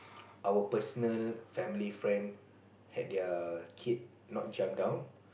our personal family friend had their kid not jump down